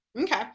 Okay